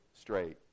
Straight